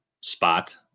spot